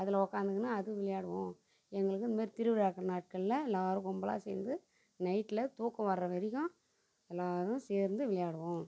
அதில் உட்காந்துக்கின்னு அது விளையாடுவோம் எங்களுக்கு இந்தமாதிரி திருவிழாக்கள் நாட்களில் எல்லோரும் கும்பலாக சேர்ந்து நைட்டில் தூக்கம் வருற வரைக்கும் எல்லோரும் சேர்ந்து விளையாடுவோம்